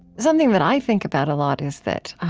something that i think about a lot is that